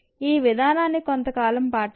ఈ విధానాన్ని కొంత కాలం పాటిస్తే